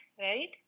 right